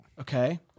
Okay